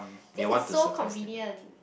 this is so convenience